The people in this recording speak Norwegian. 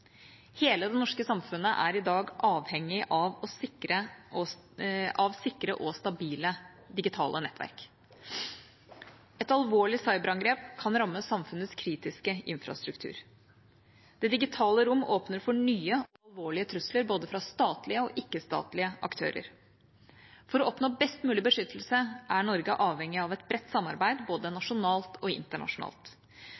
Hele det norske samfunnet er i dag avhengig av sikre og stabile digitale nettverk. Et alvorlig cyberangrep kan ramme samfunnets kritiske infrastruktur. Det digitale rom åpner for nye og alvorlige trusler fra både statlige og ikke-statlige aktører. For å oppnå best mulig beskyttelse er Norge avhengig av et bredt samarbeid både